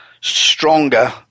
stronger